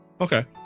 Okay